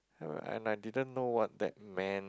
uh and I didn't know what that meant